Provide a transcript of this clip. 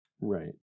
Right